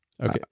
okay